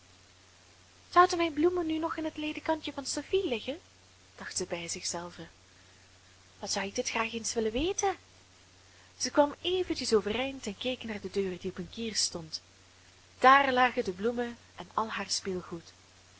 zouden mijn bloemen nu nog in het ledekantje van sophie liggen dacht zij bij zich zelve wat zou ik dit graag eens willen weten zij kwam eventjes overeind en keek naar de deur die op een kier stond daar lagen de bloemen en al haar speelgoed